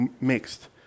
mixed